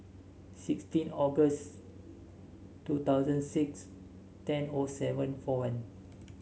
sixteen August two thousand six ten O seven four one